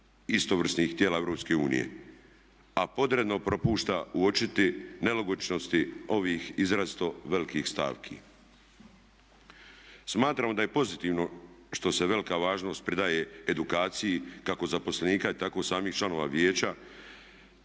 istovrsnih tijela EU, a podredno propušta uočiti nelogičnosti ovih izrazito velikih stavki. Smatramo da je pozitivno što se velika važnost pridaje edukaciji kako zaposlenika tako samih članova vijeća